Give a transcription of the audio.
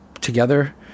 together